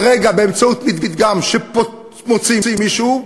ברגע, באמצעות מדגם שמוציא מישהו,